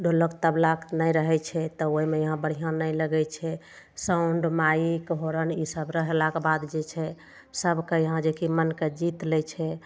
ढोलक तबलाके नहि रहय छै तऽ ओइमे यहाँ बढ़िआँ नहि लगय छै साउंड माइक होर्न ई सब रहलाके बाद जे छै सबके यहाँ जे कि मनके जीत लै छै